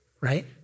right